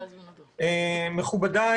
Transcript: מכובדיי,